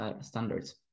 standards